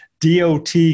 DOT